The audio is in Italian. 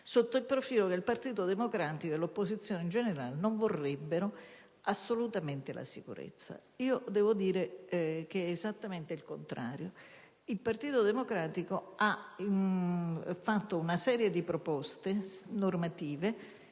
circa il fatto che il Partito Democratico e l'opposizione in generale non vorrebbero assolutamente la sicurezza. È esattamente il contrario. Il Partito Democratico ha avanzato una serie di proposte normative